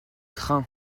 train